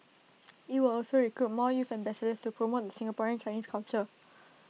IT will also recruit more youth ambassadors to promote the Singaporean Chinese culture